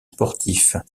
sportifs